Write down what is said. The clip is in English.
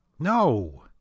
No